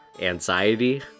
anxiety